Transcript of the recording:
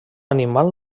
animal